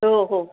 हो हो